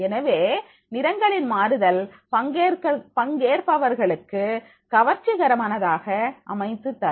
எனவே நிறங்களின் மாறுதல் பங்கேற்பவர்களுக்கு கவர்ச்சிகரமானதாக அமைத்துத் தரும்